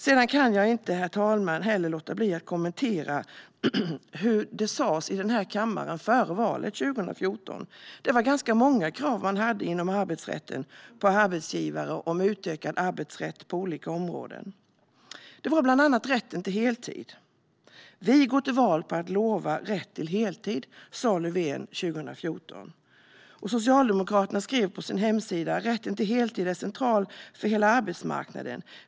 Sedan kan jag inte låta bli att kommentera det som sas här i kammaren före valet 2014. Det var ganska många krav man hade inom arbetsrätten på arbetsgivare när det gäller utökad arbetsrätt på olika områden. Det var bland annat rätten till heltid. "Vi går till val på att lova rätt till heltid", sa Löfven 2014. På sin hemsida skriver Socialdemokraterna: "Rätten till heltid är central för hela arbetsmarknaden.